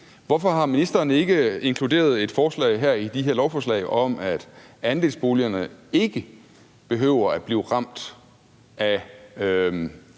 Hvorfor har ministeren ikke inkluderet et forslag her i de her lovforslag om, at andelsboligerne ikke behøver at blive ramt af